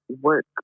work